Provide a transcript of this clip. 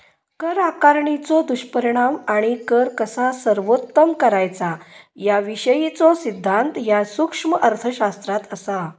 कर आकारणीचो दुष्परिणाम आणि कर कसा सर्वोत्तम करायचा याविषयीचो सिद्धांत ह्या सूक्ष्म अर्थशास्त्रात असा